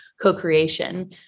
co-creation